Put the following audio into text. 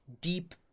deep